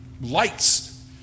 lights